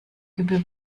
gebühr